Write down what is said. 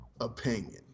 opinion